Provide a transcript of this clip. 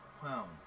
pounds